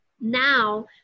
now